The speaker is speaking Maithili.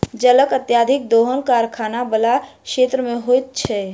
जलक अत्यधिक दोहन कारखाना बला क्षेत्र मे होइत छै